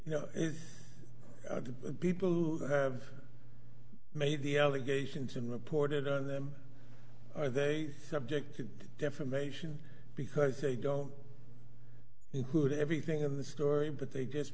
you know the people who have made the allegations and reported on them are they subject to defamation because they don't include everything in the story but they just